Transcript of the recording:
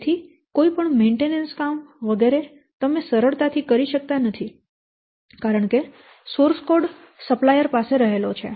તેથી કોઈપણ મેન્ટેનન્સ કામ વગેરે તમે સરળતાથી કરી શકતા નથી કારણકે સોર્સ કોડ સપ્લાયર પાસે રહેલો છે